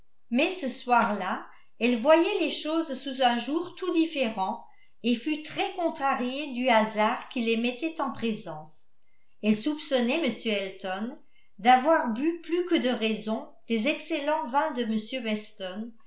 mais ce soir là elle voyait les choses sous un jour tout différent et fut très contrariée du hasard qui les mettait en présence elle soupçonnait m elton d'avoir bu plus que de raison des excellents vins de m weston